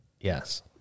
Yes